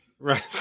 Right